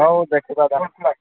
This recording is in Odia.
ହଉ ଦେଖିବା